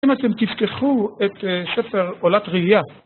אם אתם תפתחו את ספר עולת ראיה.